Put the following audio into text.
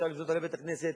שאפשר לבנות עליו בית-כנסת,